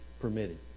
permitted